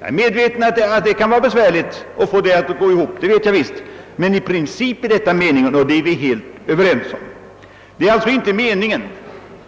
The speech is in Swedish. Jag är medveten om att det kan bli svårt att få det hela att gå ihop, men i princip är det en sådan utformning som avses, vilket vi är överens om. Det är alltså inte meningen